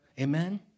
Amen